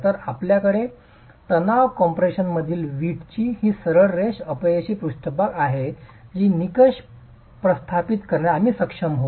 तर आपल्याकडे तणाव कॉम्प्रेशनमधील वीटची ही सरळ रेष अपयशी पृष्ठभाग आहे जी निकष प्रस्थापित करण्यास आम्ही सक्षम होऊ